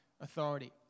authority